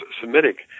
Semitic